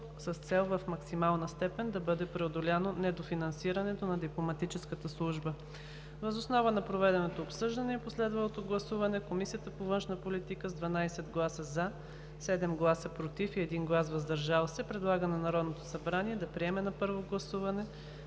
с цел в максимална степен да бъде преодоляно недофинансирането на дипломатическата служба. Въз основа на проведеното обсъждане и последвалото гласуване Комисията по външна политика с 12 гласа „за“, 7 гласа „против“ и 1 глас „въздържал се“ предлага на Народното събрание да приеме на първо гласуване